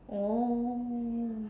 oh